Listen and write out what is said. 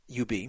UB